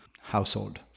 household